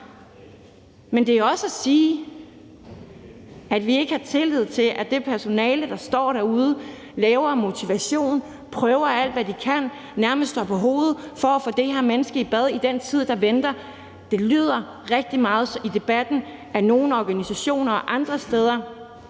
Men det er også sige, at vi ikke har tillid til, at det personale, der står derude, laver motivation, prøver alt, hvad de kan, nærmest står på hovedet for at få det her menneske i bad i den tid, der venter. Det lyder rigtig meget i debatten fra nogle organisationer og andre steder,